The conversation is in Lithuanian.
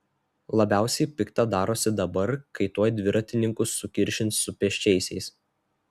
labiausiai pikta darosi dabar kai tuoj dviratininkus sukiršins su pėsčiaisiais